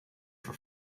for